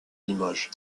limoges